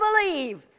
believe